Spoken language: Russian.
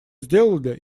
сделали